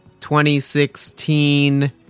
2016